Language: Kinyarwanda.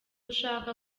ushaka